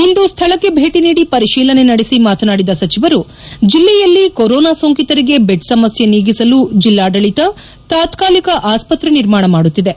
ಇಂದು ಸ್ವಳಕ್ಕೆ ಭೇಟಿ ನೀಡಿ ಪರಿಶೀಲನೆ ನಡೆಸಿ ಮಾತನಾಡಿದ ಸಚಿವರು ಜಿಲ್ಲೆಯಲ್ಲಿ ಕೊರೊನ ಸೋಂಕಿತರಿಗೆ ಬೆಡ್ ಸಮಸ್ಟೆ ನೀಗಿಸಲು ಜಿಲ್ಲಾಡಳಿತ ತಾತ್ಕಾಲಿಕ ಆಸ್ಪತ್ರೆ ನಿರ್ಮಾಣ ಮಾಡುತ್ತಿದೆ